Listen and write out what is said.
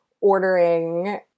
ordering